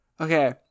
Okay